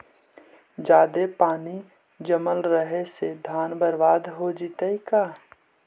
जादे पानी जमल रहे से धान बर्बाद हो जितै का?